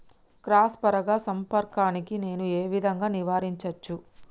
Cross పరాగ సంపర్కాన్ని నేను ఏ విధంగా నివారించచ్చు?